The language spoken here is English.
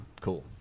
cool